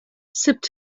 sipped